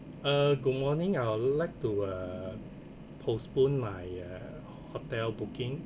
uh good morning I'll like to uh postpone my uh hotel booking